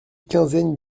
quinzaine